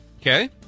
okay